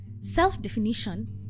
self-definition